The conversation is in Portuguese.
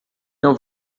não